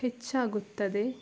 ಹೆಚ್ಚಾಗುತ್ತದೆ